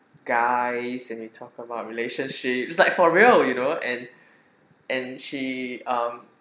guys and you talk about relationships like for real you know and and she um